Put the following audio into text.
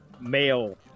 male